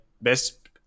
best